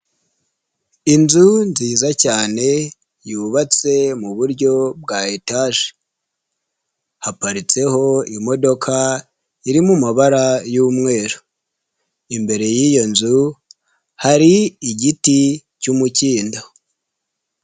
Inzu nziza cyane yubatswe mu buryo bwa etage haparitseho imodoka iri mu mabara y'umweru imbere y'iyo nzu hari igiti cy'umukindo.